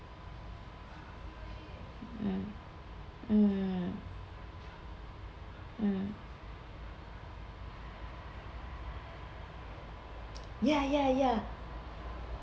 mm mm ya ya ya